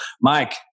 Mike